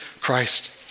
Christ